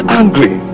angry